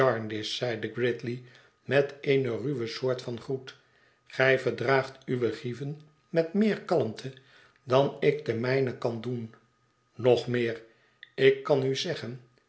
jarndyce zeide gridley met eene ruwe soort van groet gij verdraagt uwe grieven met meer kalmte dan ik de mijne kan doen nog meer ik kan u zeggen